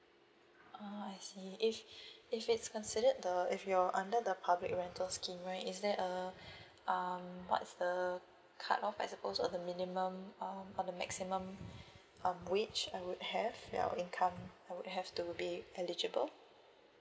oh I see if if it's considered the if you're under the public rental scheme right is there a um what's the cut off I suppose or the minimum um or the maximum um which I would have ya our income I would have to be eligible